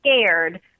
scared